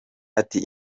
ati